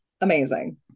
Amazing